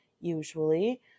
usually